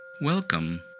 Welcome